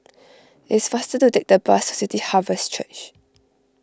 it's faster to take the bus to City Harvest Church